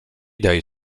daje